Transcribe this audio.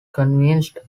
convinced